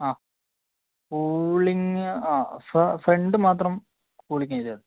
ആ കൂളിങ്ങ് ആ ഫ്രണ്ട് മാത്രം കൂളിങ്ങ് ചെയ്താൽ മതി